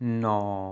ਨੌਂ